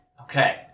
Okay